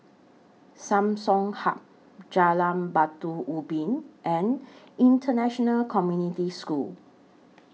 Samsung Hub Jalan Batu Ubin and International Community School